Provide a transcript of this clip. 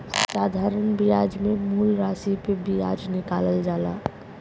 साधारण बियाज मे मूल रासी पे बियाज निकालल जाला